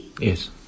Yes